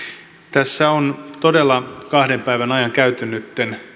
tässä on todella kahden päivän ajan käyty nyt